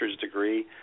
degree